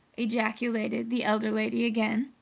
ejaculated the elder lady again.